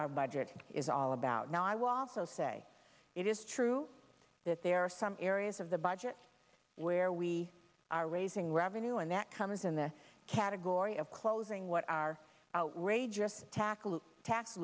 our budget is all about now i will also say it is true that there are some areas of the budget where we are raising revenue and that comes in the category of closing what are outrageous tackles tax